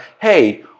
hey